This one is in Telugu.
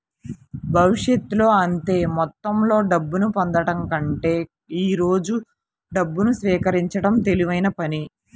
భవిష్యత్తులో అంతే మొత్తంలో డబ్బును పొందడం కంటే ఈ రోజు డబ్బును స్వీకరించడం తెలివైన పని